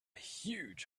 huge